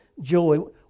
joy